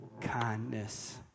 kindness